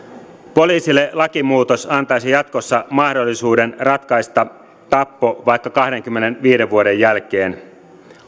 poliisille lakimuutos antaisi jatkossa mahdollisuuden ratkaista tappo vaikka kahdenkymmenenviiden vuoden jälkeen